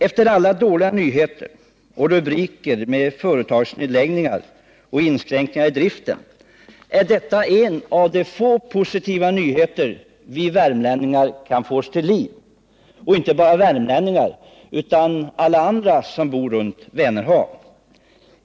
Efter alla dåliga nyheter och rubriker om företagsnedläggningar och inskränkningar i driften är detta en av de få positiva nyheter vi värmlänningar kan få oss till livs — inte bara värmlänningar utan alla andra som bor runt Vänerhav.